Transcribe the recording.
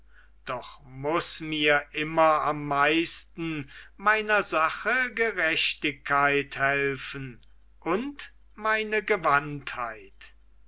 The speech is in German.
doch muß mir immer am meisten meiner sache gerechtigkeit helfen und meine